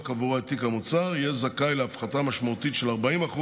עבורו את תיק המוצר יהיה זכאי להפחתה משמעותית של 40%